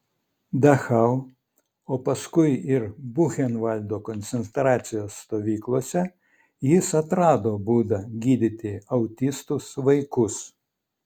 dachau o paskui ir buchenvaldo koncentracijos stovyklose jis atrado būdą gydyti autistus vaikus